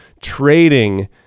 trading